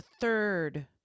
third